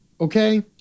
Okay